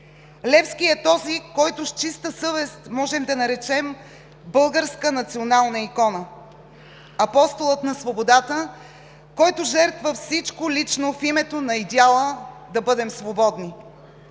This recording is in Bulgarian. Левски е този, който с чиста съвест можем да наречем „българска национална икона“, Апостолът на свободата, който жертва всичко лично в името на идеала да бъдем свободни.